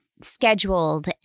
scheduled